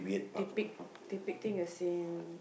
depict depicting a scene